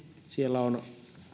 siellä on